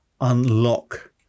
unlock